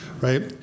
right